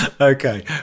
Okay